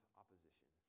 opposition